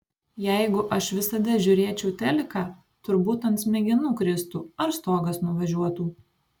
jeigu aš visada žiūrėčiau teliką turbūt ant smegenų kristų ar stogas nuvažiuotų